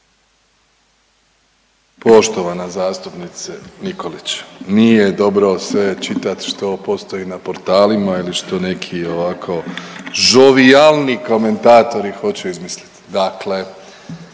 Poštovana zastupnice Nikolić. Nije dobro sve čitati što postoji na portalima ili što neki ovako žovijalni komentatori hoće izmisliti.